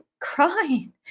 crying